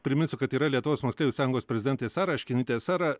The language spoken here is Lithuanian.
priminsiu kad yra lietuvos moksleivių sąjungos prezidentė sara aškinytė sara